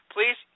Please